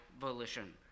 volition